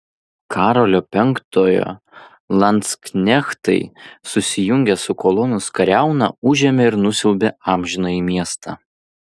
karolio penktojo landsknechtai susijungę su kolonos kariauna užėmė ir nusiaubė amžinąjį miestą